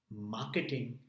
marketing